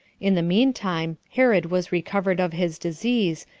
in the mean time, herod was recovered of his disease,